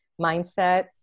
mindset